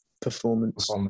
performance